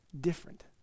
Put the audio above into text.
different